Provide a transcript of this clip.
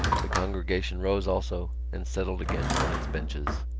the congregation rose also and settled again on its benches.